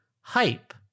hype